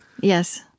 yes